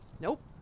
Nope